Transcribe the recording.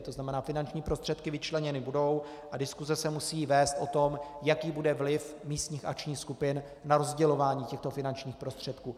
To znamená, finanční prostředky vyčleněny budou a diskuse se musí vést o tom, jaký bude vliv místních akčních skupin na rozdělování těchto finančních prostředků.